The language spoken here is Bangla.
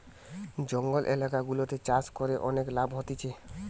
জঙ্গল এলাকা গুলাতে চাষ করে অনেক লাভ হতিছে